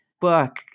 book